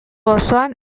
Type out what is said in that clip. osoan